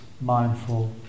mindful